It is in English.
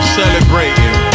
celebrating